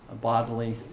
bodily